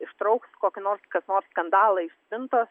ištrauks kokį nors kas nors skandalą iš spintos